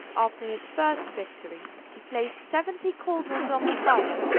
after his first victory, he placed seventy caldrons on the fire,